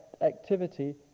activity